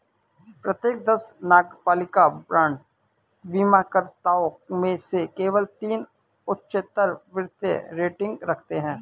प्रत्येक दस नगरपालिका बांड बीमाकर्ताओं में से केवल तीन उच्चतर वित्तीय रेटिंग रखते हैं